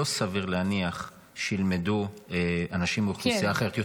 לא סביר להניח שילמדו אנשים מאוכלוסייה אחרת.